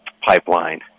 pipeline